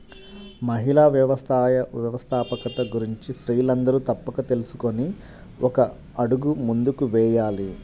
మహిళా వ్యవస్థాపకత గురించి స్త్రీలందరూ తప్పక తెలుసుకొని ఒక అడుగు ముందుకు వేయాలి